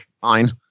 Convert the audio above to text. Fine